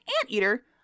anteater